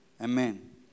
Amen